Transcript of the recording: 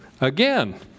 again